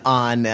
on